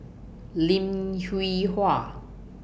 Lim Hwee Hua